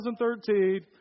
2013